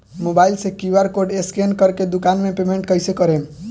Mobile से QR code scan कर के दुकान मे पेमेंट कईसे करेम?